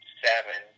seven